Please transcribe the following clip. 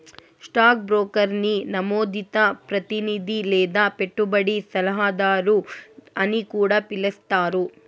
stock బ్రోకర్ని నమోదిత ప్రతినిది లేదా పెట్టుబడి సలహాదారు అని కూడా పిలిస్తారు